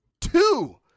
Two